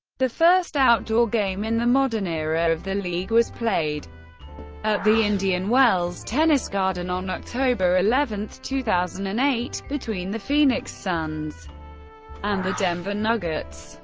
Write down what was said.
the first outdoor game in the modern era of the league was played at the indian wells tennis garden on october eleven, two thousand and eight, between the phoenix suns and the denver nuggets.